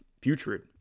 putrid